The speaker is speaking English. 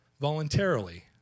voluntarily